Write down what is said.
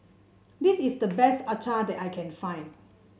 this is the best acar that I can find